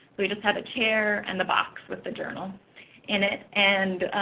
we just had a chair and the box with a journal in it. and